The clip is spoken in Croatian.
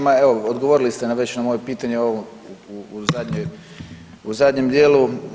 Ma evo, odgovorili ste već na moje pitanje u zadnjem dijelu.